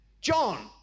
John